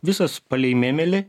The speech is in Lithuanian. visas palei mėmelį